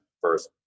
first